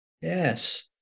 Yes